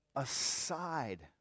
Aside